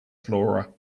flora